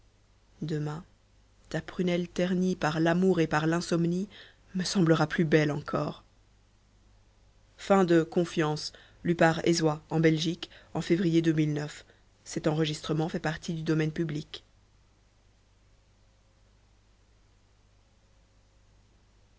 demain ta prunelle ternie par l'amour et par l'insomnie me semblera plus belle encor